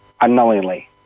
unknowingly